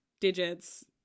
digits